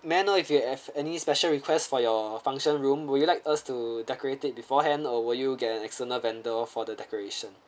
may I know if you have any special request for your function room would you like us to decorate it beforehand or will you get an external vendor for the decoration